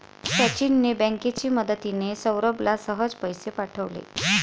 सचिनने बँकेची मदतिने, सौरभला सहज पैसे पाठवले